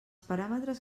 paràmetres